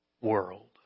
world